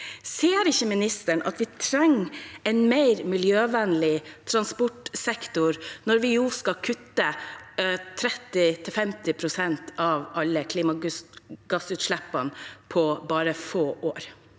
Ser ikke ministeren at vi trenger en mer miljøvennlig transportsektor når vi skal kutte 30–50 pst. av alle klimagassutslippene på bare få år?